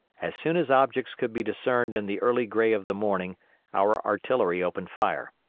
as soon as objects could be discerned in the early gray of the morning our artillery opened fire.